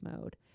mode